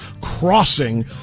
crossing